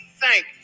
thank